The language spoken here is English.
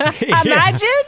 Imagine